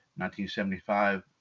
1975